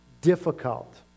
difficult